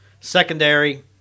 Secondary